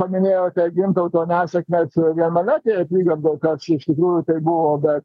paminėjote gintauto nesėkmes jau vienmandatėj apygardoj kas iš tikrųjų taip buvo bet